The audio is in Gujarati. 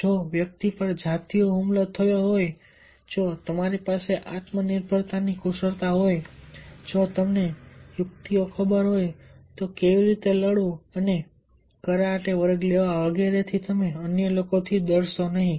જો વ્યક્તિ પર જાતીય હુમલો થયો હોય જો તમારી પાસે આત્મનિર્ભરતાની કુશળતા હોય જો તમને યુક્તિઓ ખબર હોય તો કેવી રીતે લડવું અને કરાટેના વર્ગો લેવા વગેરે થી તમે અન્ય લોકોથી ડરશો નહીં